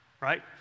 right